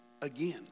again